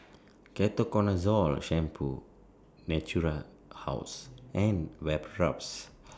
Ketoconazole Shampoo Natura House and Vapodrops